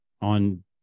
on